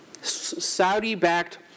Saudi-backed